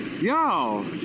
Yo